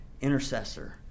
intercessor